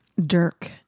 dirk